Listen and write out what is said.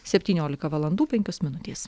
septyniolika valandų penkios minutės